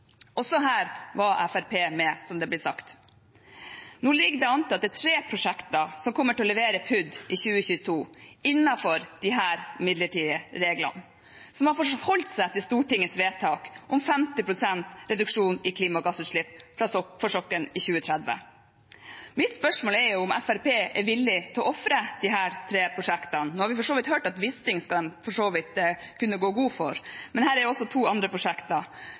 Også her var Fremskrittspartiet med, som det blir sagt. Nå ligger det an til at det er tre prosjekter som kommer til å levere PUD i 2022, innenfor disse midlertidige reglene, som har forholdt seg til Stortingets vedtak om 50 pst. reduksjon i klimagassutslipp fra sokkelen i 2030. Mitt spørsmål er om Fremskrittspartiet er villig til å ofre disse tre prosjektene. Nå har vi hørt at OWisting skal de for så vidt kunne gå god for, men her er det jo også to andre prosjekter,